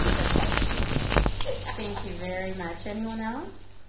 that's my history lesson thank you very much anyone else